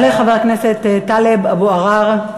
יעלה חבר הכנסת טלב אבו עראר.